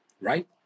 right